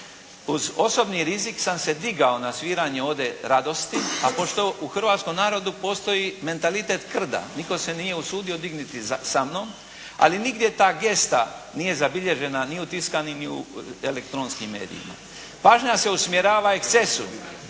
Uz osobni rizik sam se digao na sviranje "Ode radosti" a pošto u hrvatskom narodu postoji mentalitet krda nitko se nije usudio dignuti sa mnom, ali nigdje ta gesta nije zabilježena ni u tiskanim ni u elektronskim medijima. Pažnja se usmjerava ekscesu